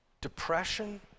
depression